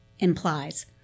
implies